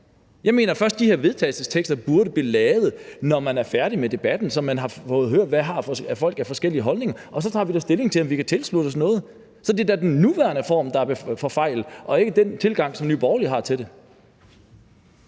de her forslag til vedtagelse først burde blive lavet, når man er færdig med debatten, så man har fået hørt, hvad folk har af forskellige holdninger, og så kan man tage stilling til, om man kan tilslutte sig noget. Så det er da den nuværende form, der er forfejlet, og ikke den tilgang, Nye Borgerlige har til det.